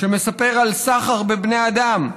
שמספר על סחר בבני אדם.